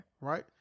Right